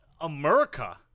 America